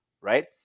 right